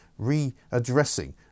readdressing